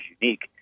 unique